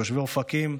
תושבי אופקים,